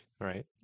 Right